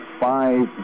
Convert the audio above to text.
five